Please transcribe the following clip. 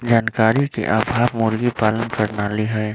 जानकारी के अभाव मुर्गी पालन प्रणाली हई